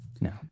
No